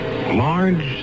Large